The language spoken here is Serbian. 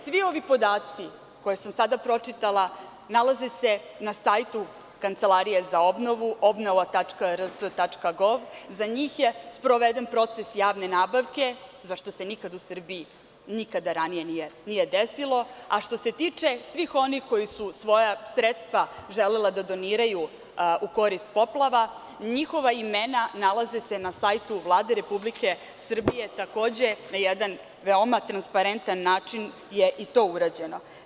Svi ovi podaci koje sam sada pročitala nalaze se na sajtu Kancelarije za obnovu – obnova. rs. gov. za njih je sproveden proces javne nabavke, za šta se nikada u Srbiji nikada ranije nije desilo, a što se tiče svih onih koji su svoja sredstva želela da doniraju u korist poplava, njihova imena nalaze se na sajtu Vlade Republike Srbije takođe na jedan veoma transparentan način je i to urađeno.